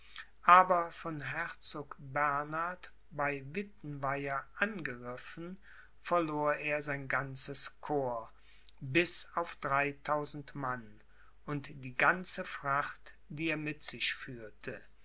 aber von herzog bernhard bei wittenweier angegriffen verlor er sein ganzes corps bis auf dreitausend mann und die ganze fracht die er mit sich führte